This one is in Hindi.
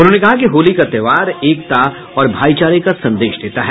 उन्होंने कहा कि होली का त्योहार एकता और भाईचारे का संदेश देता है